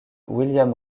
william